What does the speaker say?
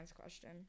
question